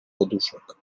poduszek